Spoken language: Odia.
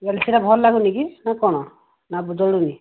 ବେଲେ ସେଟା ଭଲ୍ ଲାଗୁନି କି ନା କ'ଣ ନା ଜଳୁନି